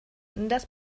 das